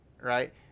right